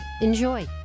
Enjoy